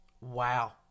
Wow